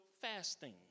fasting